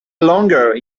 longer